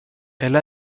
elle